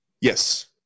Yes